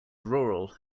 rural